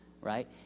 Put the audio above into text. right